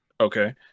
Okay